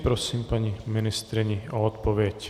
Prosím paní ministryni o odpověď.